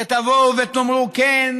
שתבואו ותאמרו: כן,